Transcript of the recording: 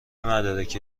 مدارکی